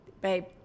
babe